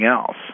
else